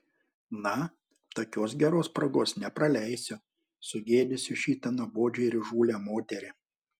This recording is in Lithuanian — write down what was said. na tokios geros progos nepraleisiu sugėdysiu šitą nuobodžią ir įžūlią moterį